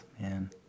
man